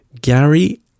Gary